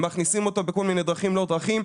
מכניסים אותו בכל מיני דרכים לא דרכים.